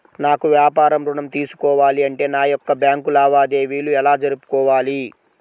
నాకు వ్యాపారం ఋణం తీసుకోవాలి అంటే నా యొక్క బ్యాంకు లావాదేవీలు ఎలా జరుపుకోవాలి?